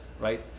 right